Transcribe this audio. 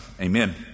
Amen